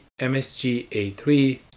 MSGA3